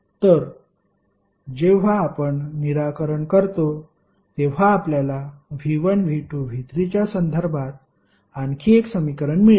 तर जेव्हा आपण निराकरण करतो तेव्हा आपल्याला V1 V2 V3 च्या संदर्भात आणखी एक समीकरण मिळेल